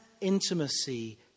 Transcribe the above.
intimacy